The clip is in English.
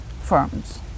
firms